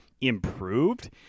improved